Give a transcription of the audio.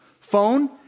phone